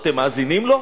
אתם מאזינים לו?